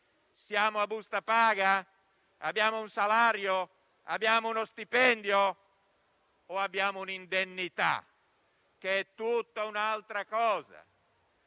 Siamo a busta paga? Abbiamo un salario? Abbiamo uno stipendio? O non abbiamo piuttosto un'indennità, che è tutta un'altra cosa?